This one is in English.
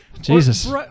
Jesus